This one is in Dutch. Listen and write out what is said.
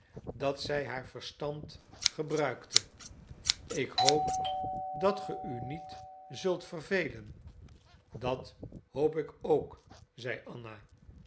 dat zij haar verstand gebruikte ik hoop dat ge u niet zult vervelen dat hoop ik ook zei anna